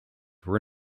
were